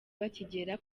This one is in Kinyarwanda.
bakigera